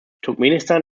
turkmenistan